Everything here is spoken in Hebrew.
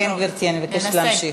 כן, גברתי, אני מבקשת להמשיך.